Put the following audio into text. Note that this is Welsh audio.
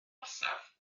orsaf